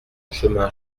chemin